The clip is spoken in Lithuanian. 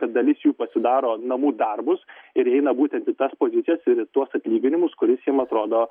kad dalis jų pasidaro namų darbus ir eina būtent į tas pozicijas ir į tuos atlyginimus kuris jiem atrodo